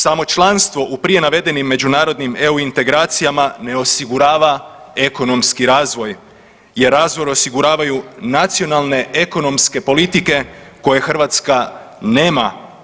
Samo članstvo u prije navedenim međunarodnim EU integracijama ne osigurava ekonomski razvoj, jer razvoj osiguravaju nacionalne ekonomske politike koje Hrvatska nema.